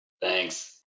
Thanks